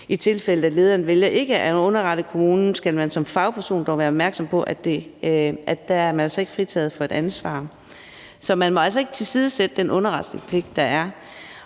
I tilfælde, hvor lederen vælger ikke at underrette kommunen, skal man som fagperson dog være opmærksom på, at der er man altså ikke fritaget for et ansvar. Så man må altså ikke tilsidesætte den underretningspligt, der er,